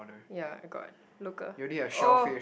ya I got local oh